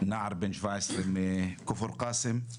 נער בן 17 מכפר קאסם.